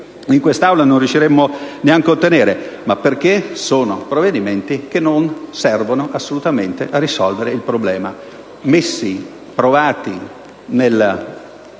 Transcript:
in quest'Aula non riusciremmo neanche ad ottenere, ma perché sono provvedimenti che non servono assolutamente a risolvere il problema. Provati nel